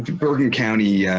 burton county,